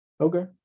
Okay